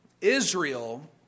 Israel